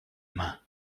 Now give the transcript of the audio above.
main